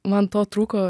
man to trūko